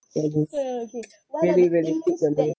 all this really really fixed on this